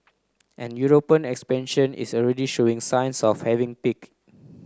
and European expansion is already showing signs of having peak